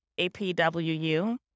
APWU